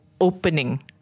opening